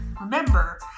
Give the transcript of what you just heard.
Remember